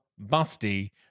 busty